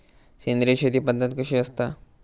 सेंद्रिय शेती पद्धत कशी असता?